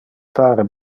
pare